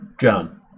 John